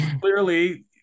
clearly